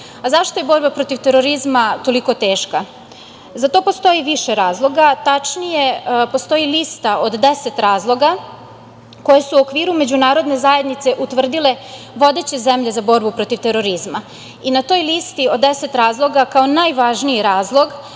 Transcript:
je borba protiv terorizma tolika teška? Za to postoji više razloga. Tačnije, postoji lista od 10 razloga koji su u okviru međunarodne zajednice utvrdile vodeće zemlje za borbu protiv terorizma i na toj listi od 10 razloga, kao najvažniji razlog